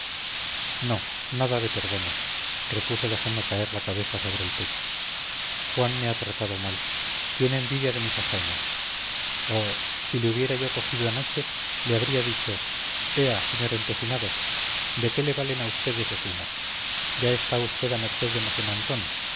no nada de perdones repuso dejando caer la cabeza sobre el pecho juan me ha tratado mal tiene envidia de mis hazañas oh si le hubiera yo cogido anoche le habría dicho ea sr empecinado de qué le valen a usted esos humos ya está usted a merced